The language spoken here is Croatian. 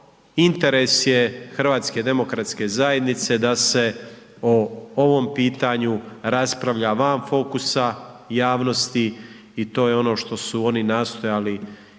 interes je HDZ-a da se o ovom pitanju raspravlja van fokusa javnosti i to je ono što su oni nastojali i